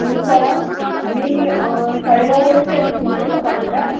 हुन्छ हामी साढे नौ बजीतिर निस्किन्छौँ नि त घरबाट